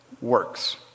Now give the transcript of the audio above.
works